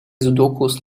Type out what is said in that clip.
sudokus